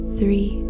three